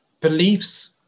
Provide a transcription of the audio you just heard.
beliefs